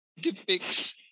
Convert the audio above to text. depicts